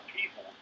people